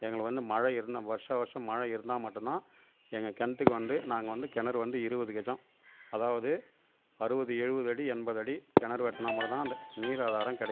எங்களுக்கு வந்து மழை இருந்தால் வருஷம் வருஷம் மழை இருந்தால் மட்டும் தான் எங்கள் கிணத்துக்கு வந்து நாங்கள் வந்து கிணறு வந்து இருபது கெஜம் அதாவது அறுபது எழுபது அடி எண்பது அடி கிணறு வெட்டுனா மட்டும் தான் அந்த நீர் ஆதாரம் கெடை